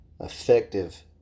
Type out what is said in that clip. effective